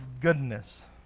goodness